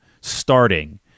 starting